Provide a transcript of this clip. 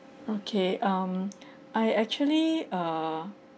okay um I actually err